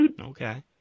Okay